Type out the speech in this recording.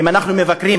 אם אנחנו מבקרים,